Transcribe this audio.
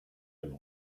dem